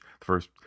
first